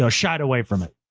so shied away from it.